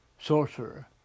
sorcerer